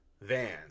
vans